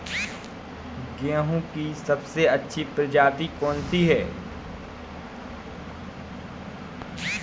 गेहूँ की सबसे अच्छी प्रजाति कौन सी है?